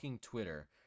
twitter